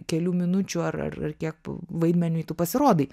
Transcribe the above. kelių minučių ar ar kiek vaidmeniui tu pasirodai